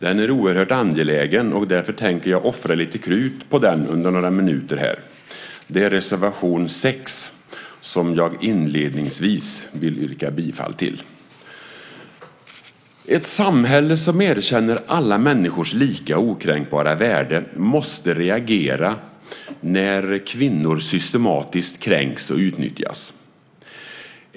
Den är oerhört angelägen, och därför tänker jag offra lite krut på den under några minuter här. Det är reservation 6, som jag inledningsvis yrkar bifall till. Ett samhälle som erkänner alla människors lika och okränkbara värde måste reagera när kvinnor systematiskt kränks och utnyttjas.